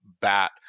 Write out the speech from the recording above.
bat